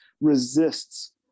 resists